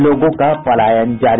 लोगों का पलायन जारी